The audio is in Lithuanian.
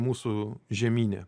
mūsų žemyne